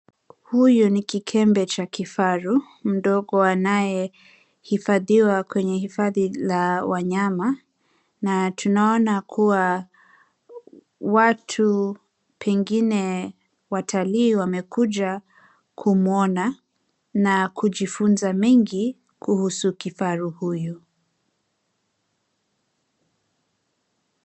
Huyu ni kikembe cha kifaru mgodo anayehifadhiwa kwenye hifadhi la wanyama na tunaona kuwa watu pengine watalii wamekuja kumuona na kujifunza mengi kuhusu kifaru huyu.